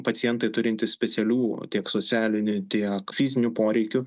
pacientai turintys specialių tiek socialinių tiek fizinių poreikių